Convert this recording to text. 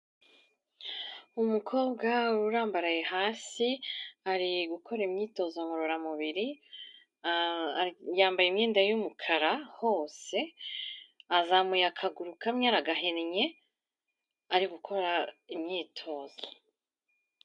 Umukobwa urambaraye hasi ari gukora imyitozo ngororamubiri, yambaye imyenda y'umukara hose. Azamuye akaguru kamwe aragahinnye, ari gukora imyitozo.